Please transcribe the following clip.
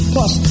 Plus